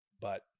But-